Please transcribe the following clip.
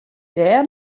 dêr